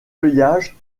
feuillage